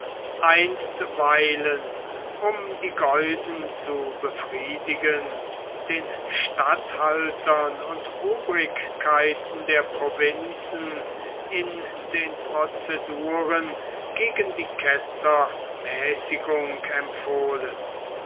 einstweilen um die geusen zu befriedigen den statthaltern und obrigkeiten der provinzen in den proceduren gegen die ketzer mäßigung empfohlen